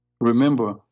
Remember